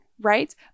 Right